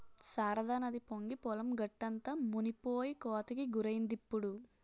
శారదానది పొంగి పొలం గట్టంతా మునిపోయి కోతకి గురైందిప్పుడు